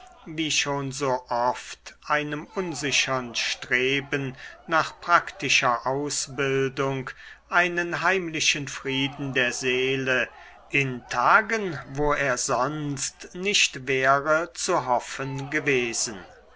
wie schon so oft einem unsichern streben nach praktischer ausbildung einen heimlichen frieden der seele in tagen wo er sonst nicht wäre zu hoffen gewesen